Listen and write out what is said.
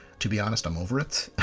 to be honest i'm over it.